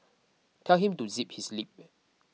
tell him to zip his lip